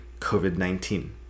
COVID-19